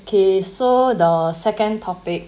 okay so the second topic